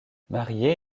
marié